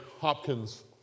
Hopkins